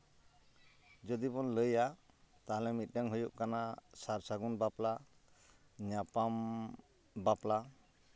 ᱡᱩᱫᱤᱵᱚᱱ ᱞᱟᱹᱭᱟ ᱛᱟᱦᱚᱞᱮ ᱢᱤᱫᱴᱟᱝ ᱦᱩᱭᱩᱜ ᱠᱟᱱᱟ ᱥᱟᱨ ᱥᱟᱹᱜᱩᱱ ᱵᱟᱯᱞᱟ ᱧᱟᱯᱟᱢ ᱵᱟᱯᱞᱟ